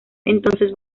entonces